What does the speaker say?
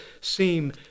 seem